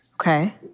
Okay